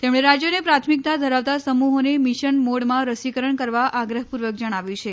તેમણે રાજ્યોને પ્રાથમિકતા ધરાવતા સમૂહોને મિશન મોડમાં રસીકરણ કરવા આગ્રહપૂર્વક જણાવ્યું છે